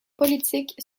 politique